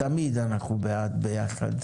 תמיד אנחנו בעד ביחד,